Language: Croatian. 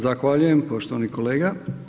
Zahvaljujem poštovani kolega.